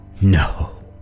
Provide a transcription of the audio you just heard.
No